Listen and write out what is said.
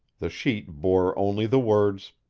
the sheet bore only the words